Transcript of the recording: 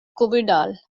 cumünal